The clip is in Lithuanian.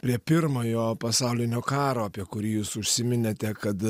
prie pirmojo pasaulinio karo apie kurį jūs užsiminėte kad